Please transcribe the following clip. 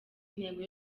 intego